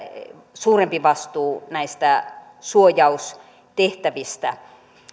suurempi vastuu näistä suojaustehtävistä